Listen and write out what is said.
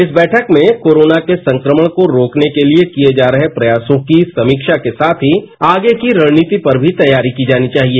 इस बैठक में कोरोना के संक्रमण को रोकने के लिए किए जा रहे प्रयासों की समीक्षा के साथ ही आगे की रणनीति पर भी तैयारी की जानी चाहिए